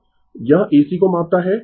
यह AC को मापता है